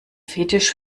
fetisch